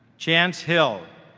chance hill,